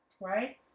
right